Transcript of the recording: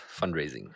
fundraising